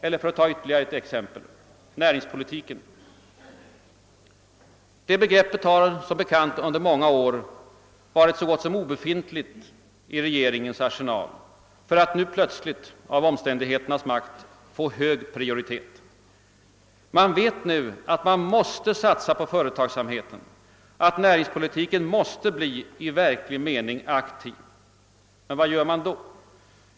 Eller för att ta ytterligare ett exempel — näringspolitiken. Det begreppet har som bekant under många år varit så gott som obefintligt i regeringens arsenal, för att nu plötsligt — av omständigheternas makt — få hög prioritet. Man vet nu att man måste satsa på företagsamheten, att näringspolitiken måste bli i verklig mening aktiv. Men vad gör man då?